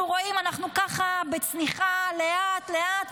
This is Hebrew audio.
אנחנו רואים שאנחנו ככה בצניחה לאט-לאט,